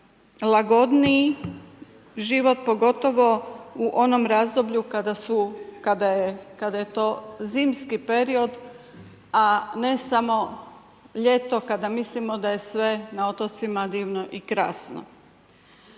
lagodniji život, pogotovo u onom razdoblju, kada je to zimski period, a ne samo ljeto kada mislimo da je sve na otocima divno i krasno.